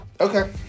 Okay